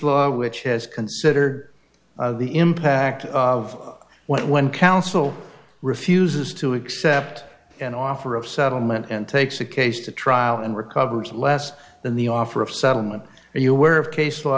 law which has consider the impact of what when counsel refuses to accept an offer of settlement and takes a case to trial and recovers less than the offer of settlement and you were of case law